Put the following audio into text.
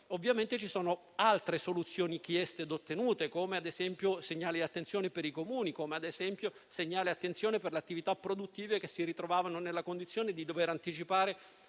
Ovviamente ci sono altre soluzioni, chieste e ottenute, come ad esempio segnali di attenzione per i Comuni, come ad esempio segnali di attenzione per le attività produttive, che si ritrovavano nella condizione di dover anticipare